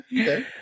okay